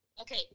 Okay